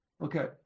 Okay